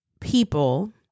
people